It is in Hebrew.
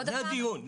זה הדיון.